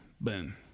Boom